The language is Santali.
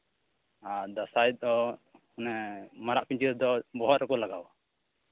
ᱟᱨ ᱫᱟᱸᱥᱟᱭ ᱫᱚ ᱢᱟᱱᱮ ᱢᱟᱨᱟᱜ ᱯᱤᱧᱪᱟᱹᱨ ᱫᱚ ᱵᱚᱦᱚᱜ ᱨᱮᱠᱚ ᱞᱟᱜᱟᱣᱟ